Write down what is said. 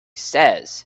says